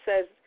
says